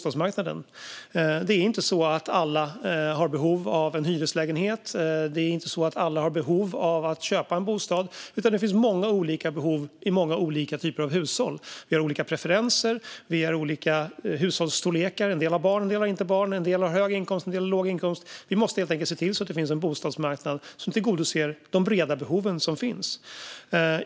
Alla har inte behov av en hyreslägenhet eller behov av att köpa en bostad, utan det finns många olika behov i många olika typer av hushåll. Vi har olika preferenser, och hushåll är olika stora. En del har barn, en del har inte barn, en del har hög inkomst och en del har låg inkomst. Vi måste helt enkelt se till att vi har en bostadsmarknad som tillgodoser de breda behov som finns.